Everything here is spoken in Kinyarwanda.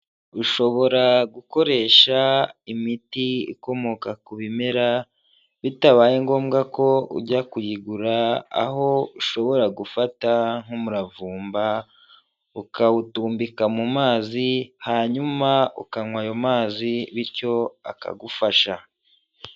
Ushobora gukoresha imiti ikomoka ku bimera, bitabaye ngombwa ko ujya kuyigura, aho ushobora gufata nk'umuravumba ukawutumbika mu mazi, hanyuma ukanywa ayo mazi bityo akagufasha.